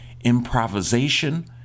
improvisation